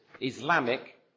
Islamic